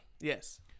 Yes